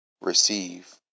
receive